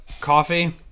coffee